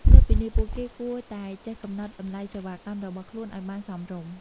លើសពីនេះ ពួកគេគួរតែចេះកំណត់តម្លៃសេវាកម្មរបស់ខ្លួនឱ្យបានសមរម្យ។